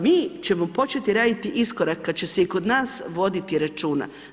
Mi ćemo početi raditi iskorak kad će se i kod nas voditi računa.